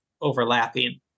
overlapping